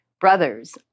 brothers